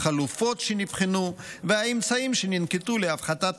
החלופות שנבחנו והאמצעים שננקטו להפחתת